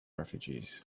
refugees